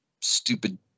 stupid